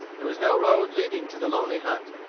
there was no road leading to the lonely hut.